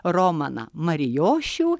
romaną marijošių